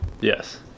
Yes